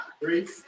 Three